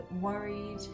worried